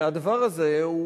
והדבר הזה,